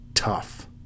tough